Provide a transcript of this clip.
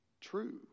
true